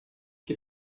que